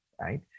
Right